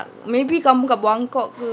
maybe kampung kat buangkok ke